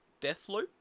Deathloop